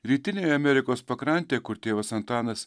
rytinėje amerikos pakrantėje kur tėvas antanas